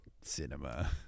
cinema